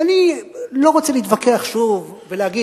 ואני לא רוצה להתווכח שוב ולהגיד,